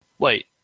Wait